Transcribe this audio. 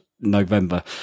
November